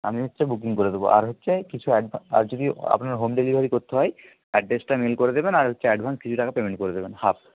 আমি হচ্ছে বুকিং করে দেবো আর হচ্ছে কিছু আর যদি আপনার হোম ডেলিভারি করতে হয় অ্যাড্রেসটা মেল করে দেবেন আর হচ্ছে অ্যাডভান্স কিছু টাকা পেমেন্ট করে দেবেন হাফ